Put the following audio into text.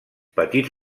petits